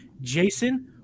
Jason